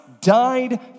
died